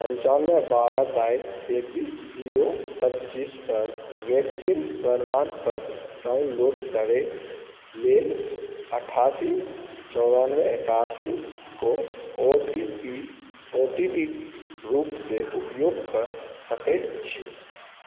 पनचानवे बारह बाइस तेँतिस जीरो पचीसपर वैक्सीन प्रमाणपत्र डाउनलोड करैके लेल अठासी चौरानवे एकासीकेँ ओ टी पी के रूपमे उपयोग कऽ सकै छी